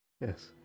yes